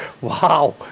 wow